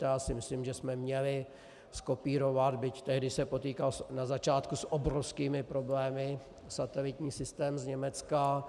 Já si myslím, že jsme měli zkopírovat, byť tehdy se potýkal na začátku s obrovskými problémy, satelitní systém z Německa.